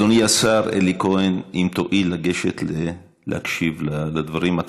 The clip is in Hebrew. אדוני השר אלי כהן, אם תואיל לגשת להקשיב לדברים.